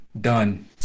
Done